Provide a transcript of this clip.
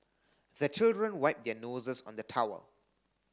the children wipe their noses on the towel